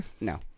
No